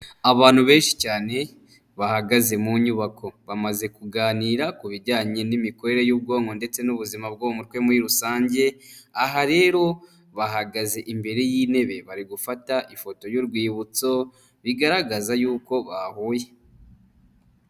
Abantu benshi cyane bahagaze mu nyubako, bamaze kuganira ku bijyanye n'imikorere y'ubwonko ndetse n'ubuzima bwo mu mutwe muri rusange, aha rero bahagaze imbere y'intebe bari gufata ifoto y'urwibutso bigaragaza yuko bahuye.